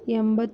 ಎಂಬತ್ತು